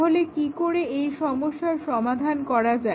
তাহলে কি করে এই সমস্যার সমাধান করা হয়